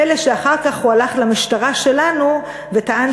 פלא שאחר כך הוא הלך למשטרה שלנו וטען